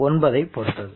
9ஐ பொறுத்தது